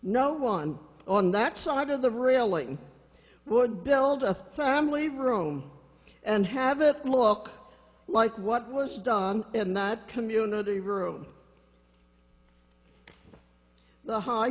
no one on that side of the railing would build a family room and have it look like what was done in that community room the high